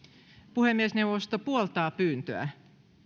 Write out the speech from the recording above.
puhemiesneuvosto puoltaa pyyntöä